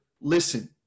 listen